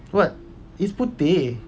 what it's putih